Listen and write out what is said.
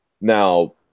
Now